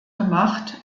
gemacht